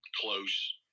close